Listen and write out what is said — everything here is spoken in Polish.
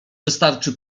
wystarczy